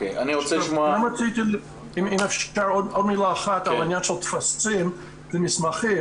אם אפשר עוד מילה אחת לעניין של טפסים ומסמכים.